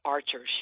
Archer